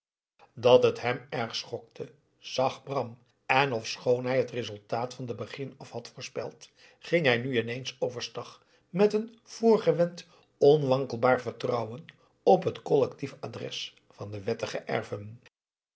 dat het hem erg schokte zag bram en ofschoon hij het resultaat van den begin af had voorspeld ging hij nu ineens overstag met een voorgewend onwankelbaar vertrouwen op het collectief adres van de wettige erven